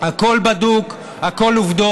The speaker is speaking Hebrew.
הכול בדוק, הכול עובדות.